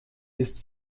ist